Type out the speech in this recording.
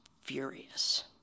furious